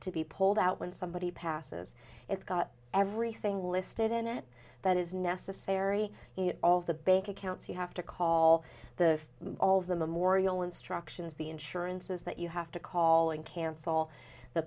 to be pulled out when somebody passes it's got everything listed in it that is necessary in all the bank accounts you have to call the all of the memorial instructions the insurances that you have to call and cancel the